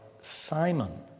Simon